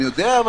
אני יודע.